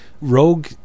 Rogue